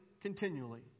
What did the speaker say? continually